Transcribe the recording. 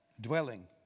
dwelling